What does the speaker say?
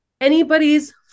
anybody's